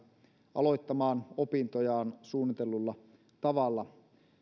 aloittamaan opintojaan suunnitellulla tavalla